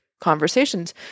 conversations